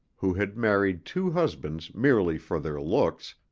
who had married two husbands merely for their looks,